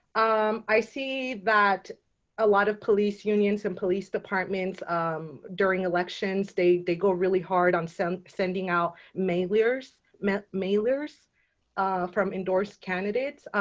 um i see that a lot of police unions and police departments um during elections. they they go really hard on some sending out mailers mailers from endorse candidates.